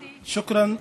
שוכרן,